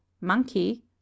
monkey